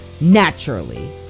naturally